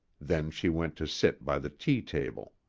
then she went to sit by the tea-table.